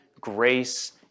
grace